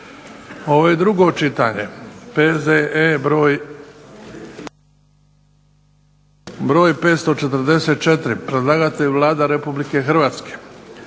drugo čitanje, P.Z.E. br. 544 Predlagatelj Vlada Republike Hrvatske.